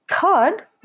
Third